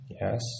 yes